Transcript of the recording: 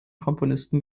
komponisten